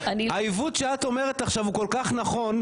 העיוות שאת אומרת עכשיו הוא כל כך נכון,